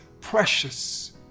precious